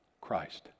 Christ